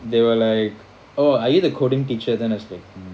they were like oh are you the coding teacher then I was like mm